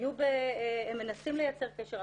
הם מנסים לייצר קשר,